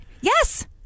Yes